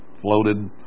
floated